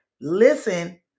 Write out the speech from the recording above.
listen